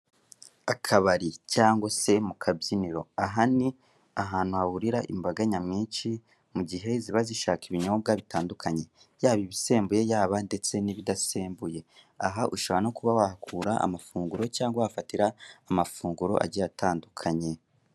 Akabari cyangwa se mu kabyiniro aha ni ahantu hahurira imbaga nyamwinshi mu gihe ziba zishaka ibinyobwa bitandukanye yaba ibisembuye yaba ndetse n'ibidasembuye, aha ushobora no kuba wahakura amafunguro cyangwa ukaba wahafatira amafunguro agiye atanduukanye.